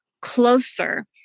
closer